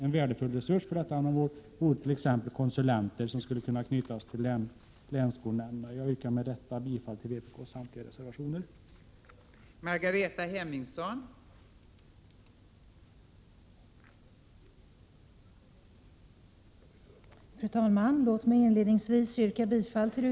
En värdefull resurs för detta ändamål vore t.ex. konsulenter som skulle knytas till länsskolnämnderna. Jag yrkar med detta bifall till vpk:s samtliga reservationer i betänkandet.